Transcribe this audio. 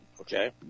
okay